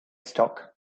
stock